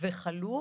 וחלו,